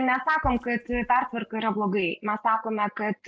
nesakom kad pertvarka yra blogai mes sakome kad